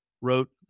wrote